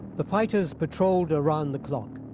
the fighters patrolled around the clock,